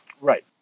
right